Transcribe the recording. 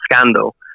scandal